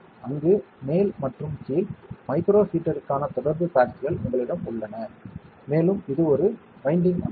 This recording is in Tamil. அங்கு மேல் மற்றும் கீழ் மைக்ரோ ஹீட்டருக்கான தொடர்பு பேட்ஸ்கள் உங்களிடம் உள்ளன மேலும் இது ஒரு வைண்டிங் அமைப்பு